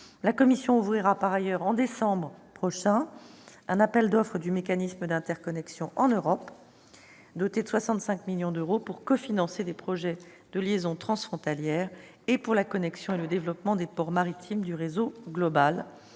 la Commission européenne lancera le mois prochain un appel d'offres pour le mécanisme d'interconnexion en Europe, doté de 65 millions d'euros, afin de cofinancer des projets de liaisons transfrontalières et d'assurer la connexion et le développement des ports maritimes du réseau global.